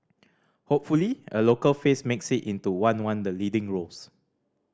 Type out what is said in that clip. hopefully a local face makes it into one one the leading roles